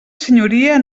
senyoria